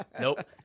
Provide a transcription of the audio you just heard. Nope